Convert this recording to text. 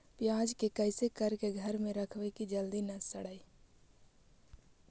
प्याज के कैसे करके घर में रखबै कि जल्दी न सड़ै?